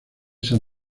sta